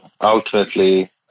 Ultimately